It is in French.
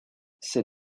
ces